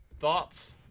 Thoughts